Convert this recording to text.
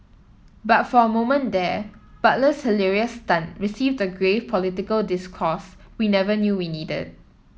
but for a moment there Butler's hilarious stunt received a grave political discourse we never knew we needed